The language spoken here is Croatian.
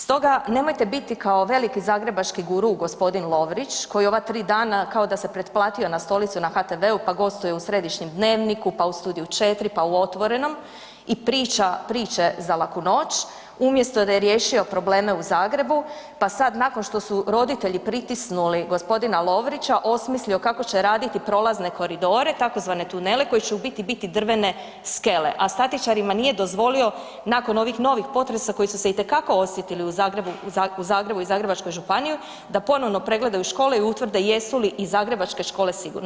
Stoga nemojte biti kao veliki zagrebački guru g. Lovrić koji ova tri dana kao da se pretplatio na stolicu na HTV-u pa gostuje u središnjem Dnevniku, pa u Studiju 4 pa u Otvorenom i priča priče za laku noć umjesto da je riješio probleme u Zagrebu pa sad nakon što su roditelji pritisnuli g. Lovrića osmislio kako će raditi prolazne koridore tzv. tunele koji će u biti biti drvene skele, a statičarima nije dozvolio nakon ovih novih potresa koji su se itekako osjetili u Zagrebu i Zagrebačkoj županiji da ponovno pregledaju škole i utvrde jesu li i zagrebačke škole sigurne.